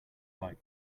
like